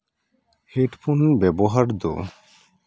headphone ᱵᱮᱵᱚᱦᱟᱨ ᱫᱚ